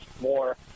more